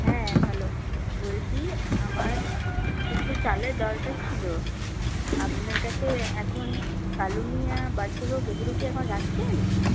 হ্যাঁ ভালো বলছি আমার কিছু চালের দরকার ছিলো আপনাদের কাছে এখন কালোনুনিয়া বাদশাভোগ এগুলো কি এখন রাখছেন